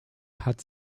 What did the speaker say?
hat